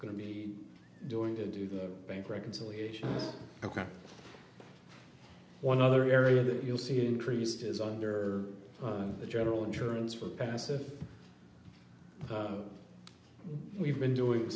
going to be doing to do the bank reconciliation ok one other area that you'll see increased is under the general insurance for passive we've been doing